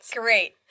Great